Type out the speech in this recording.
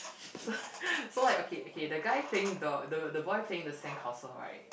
so so like okay okay the guy playing the the boy playing the sandcastle right